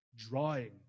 drawing